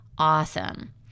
Awesome